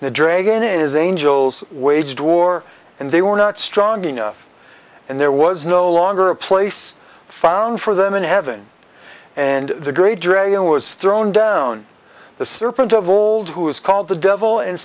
dragon the dragon it is angels waged war and they were not strong enough and there was no longer a place found for them in heaven and the great dragon was thrown down the serpent of old who is called the devil and